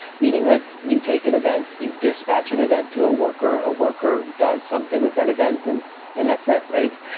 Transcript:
meaning that you take an event, you dispatch an event to a worker, a worker does something with that event and and that's it, right?